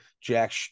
jack